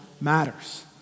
matters